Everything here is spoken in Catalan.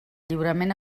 lliurament